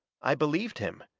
i believed him.